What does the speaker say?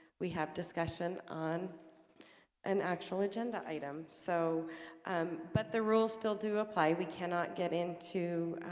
we have discussion on an actual agenda item so um but the rules still do apply we cannot get into